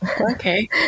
Okay